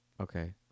Okay